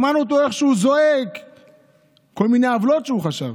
שמענו איך הוא זועק על כל מיני עוולות שהוא חשב.